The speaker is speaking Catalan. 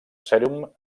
sèrum